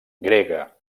grega